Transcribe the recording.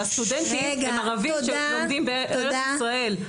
והסטודנטים הערבים לומדים בארץ ישראל.